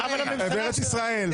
בארץ ישראל.